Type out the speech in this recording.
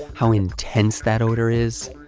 how intense that odor is?